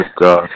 God